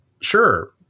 sure